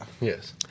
Yes